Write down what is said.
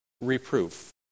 reproof